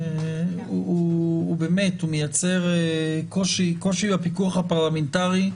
מייצר קושי לפיקוח הפרלמנטרי.